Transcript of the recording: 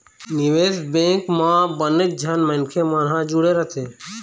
निवेश बेंक म बनेच झन मनखे मन ह जुड़े रहिथे